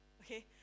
okay